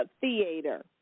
Theater